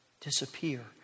disappear